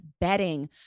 bedding